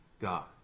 God